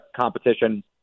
competition